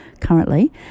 currently